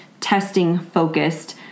testing-focused